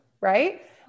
right